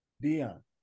Dion